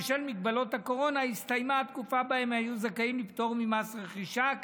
ובשל מגבלות הקורונה הסתיימה התקופה שבה הם היו זכאים לפטור ממס רכישה,